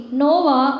nova